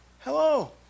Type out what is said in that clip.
Hello